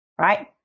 right